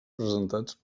presentats